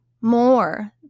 more